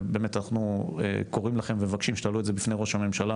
ובאמת אנחנו קוראים לכם ומבקשים שתעלו את זה בפני ראש הממשלה.